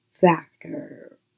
factor